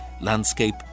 landscape